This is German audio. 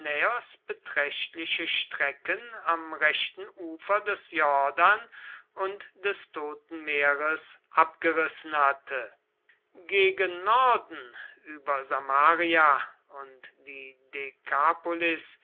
beträchtliche strecken am rechten ufer des jordan und des toten meeres abgerissen hatte gegen norden über samaria und die